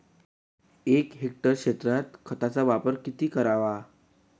एक हेक्टर क्षेत्रात खताचा वापर किती करावा?